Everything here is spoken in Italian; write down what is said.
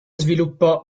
sviluppò